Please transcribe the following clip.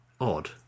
odd